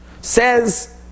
says